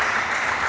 Hvala.